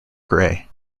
gray